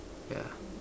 yeah